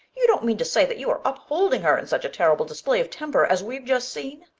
you don't mean to say that you are upholding her in such a terrible display of temper as we've just seen?